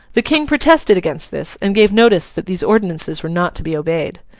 the king protested against this, and gave notice that these ordinances were not to be obeyed.